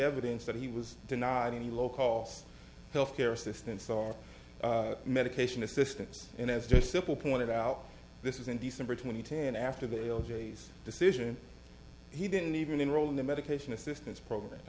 evidence that he was denied any low cost health care assistance or medication assistance and has just simple pointed out this was in december twenty ten after the elegies decision he didn't even enroll in the medication assistance program